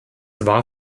war